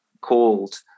called